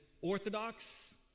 orthodox